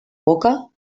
boca